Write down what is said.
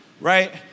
right